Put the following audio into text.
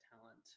talent